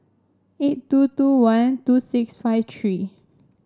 eight two two one two six five three